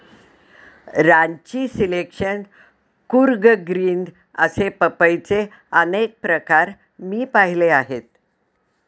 Ranchi selection, Coorg green असे पपईचे अनेक प्रकार मी पाहिले आहेत